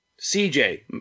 CJ